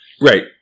Right